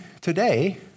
today